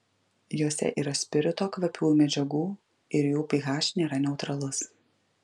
jose yra spirito kvapiųjų medžiagų ir jų ph nėra neutralus